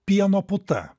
pieno puta